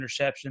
interceptions